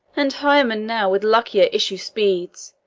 and hymen now with luckier issue speed's,